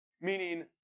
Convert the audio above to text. meaning